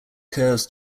curves